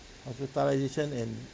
hospitalisation and